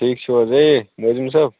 ٹھیٖک چھُو حظ ہیے موزِم صٲب